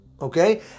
okay